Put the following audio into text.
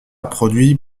produit